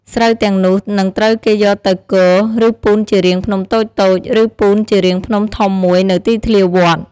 ស្រូវទាំងនោះ នឹងត្រូវគេយកទៅគរ ឬពូនជារាងភ្នំតូចៗ ឬពូនជារាងភ្នំធំមួយនៅទីធ្លាវត្ត។